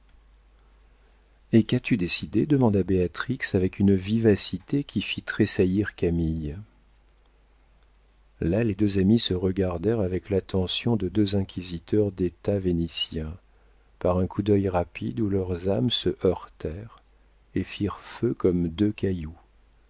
et qu'as-tu décidé demanda béatrix avec une vivacité qui fit tressaillir camille là les deux amies se regardèrent avec l'attention de deux inquisiteurs d'état vénitiens par un coup d'œil rapide où leurs âmes se heurtèrent et firent feu comme deux cailloux